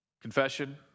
Confession